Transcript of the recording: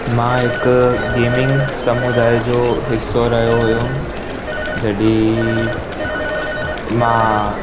मां हिकु गेमिंग समुदाय जो हिसो रहियो हुअमि जॾहिं मां